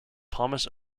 thomas